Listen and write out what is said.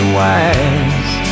wise